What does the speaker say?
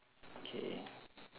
K